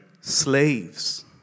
slaves